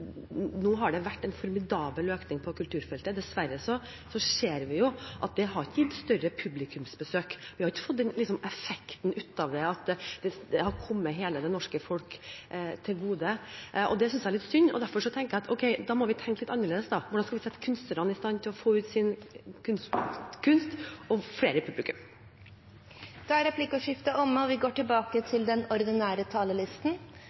Det har vært en formidabel økning på kulturfeltet. Dessverre ser vi at det ikke har gitt større publikumsbesøk. Vi har ikke fått den effekten at det har kommet hele det norske folk til gode. Det synes jeg er litt synd. Derfor tenker jeg at ok, da må vi tenke litt annerledes. Hvordan skal vi sette kunstnerne i stand til å få ut sin kunst, og få flere publikummere? Replikkordskiftet er omme. Sittende regjering bruker mer penger over statsbudsjettet enn noen gang, og